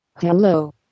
Hello